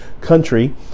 country